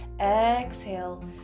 Exhale